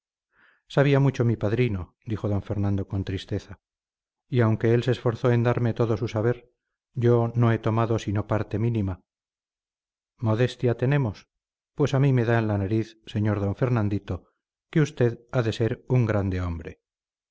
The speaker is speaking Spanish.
sabía mucho mi padrino dijo d fernando con tristeza y aunque él se esforzó en darme todo su saber yo no he tomado sino parte mínima modestia tenemos pues a mí me da en la nariz sr d fernandito que usted ha de ser un grande hombre